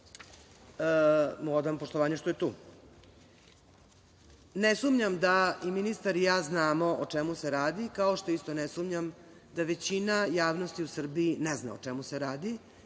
želim da mu odam poštovanje što je tu. Ne sumnjam da i ministar i ja znamo o čemu se radi, kao što isto ne sumnjam da većina javnosti u Srbiji ne zna o čemu se radi